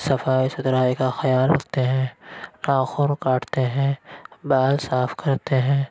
صفائی ستھرائی کا خیال رکھتے ہیں ناخن کاٹتے ہیں بال صاف کرتے ہیں